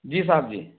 जी साहब जी